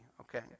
okay